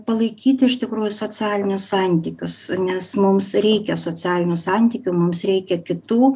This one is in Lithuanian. palaikyti iš tikrųjų socialinius santykius nes mums reikia socialinių santykių mums reikia kitų